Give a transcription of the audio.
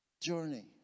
journey